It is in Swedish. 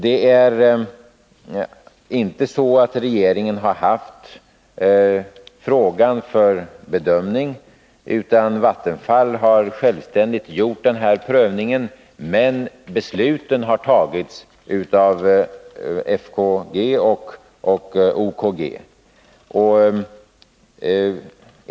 Det är inte så att regeringen har haft frågan för bedömning. Vattenfall har självständigt gjort denna prövning. Men beslutet har fattats av FKG och OKG.